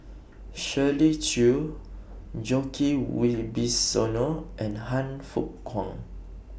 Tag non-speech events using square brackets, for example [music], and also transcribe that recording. [noise] Shirley Chew Djoko Wibisono and Han Fook Kwang